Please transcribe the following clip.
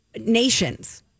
nations